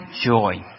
joy